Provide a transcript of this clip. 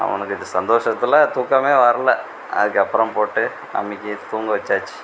அவனுக்கு இது சந்தோஷத்தில் தூக்கமே வருலை அதுக்கு அப்புறம் போட்டு அமுக்கி தூங்க வச்சாச்சு